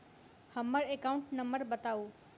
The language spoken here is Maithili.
हम्मर एकाउंट नंबर बताऊ?